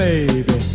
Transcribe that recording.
Baby